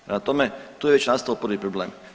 Prema tome, tu je već nastao prvi problem.